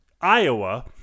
Iowa